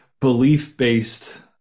belief-based